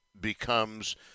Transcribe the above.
becomes